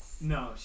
No